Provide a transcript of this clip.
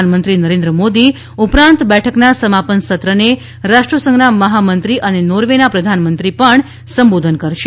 પ્રધાનમંત્રી નરેન્વ્વ મોદી ઉપરાંત બેઠકના સમાપન સત્રને રાષ્ટ્ર્યસંઘના મહામંત્રી એન્ટોનીઓ ગુહેરસ અને નોર્વેના પ્રધાનમંત્રી પણ સંબોધન કરશે